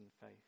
faith